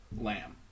Lamb